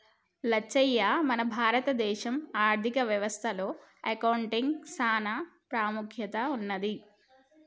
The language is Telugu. లచ్చయ్య మన భారత దేశ ఆర్థిక వ్యవస్థ లో అకౌంటిగ్కి సాన పాముఖ్యత ఉన్నది